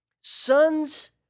sons